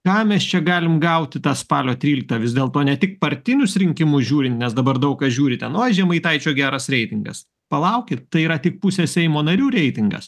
ką mes čia galim gauti tą spalio tryliktą vis dėlto ne tik partinius rinkimus žiūrint nes dabar daug kas žiūri o žemaitaičio geras reitingas palaukit tai yra tik pusės seimo narių reitingas